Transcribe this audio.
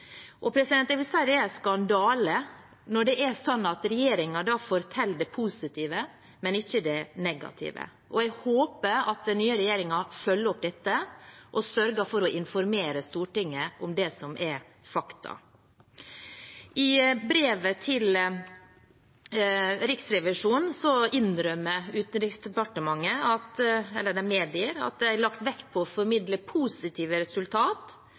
det er en skandale når det er slik at regjeringen forteller det positive, men ikke det negative, og jeg håper at den nye regjeringen følger opp dette og sørger for å informere Stortinget om det som er fakta. I brevet til Riksrevisjonen medgir Utenriksdepartementet at det er lagt vekt på å formidle positive